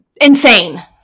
insane